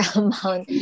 amount